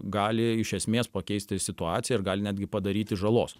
gali iš esmės pakeisti situaciją ir gali netgi padaryti žalos